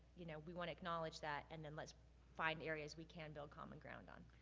you know, we want to acknowledge that, and and let's find areas we can build common ground on.